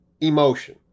emotion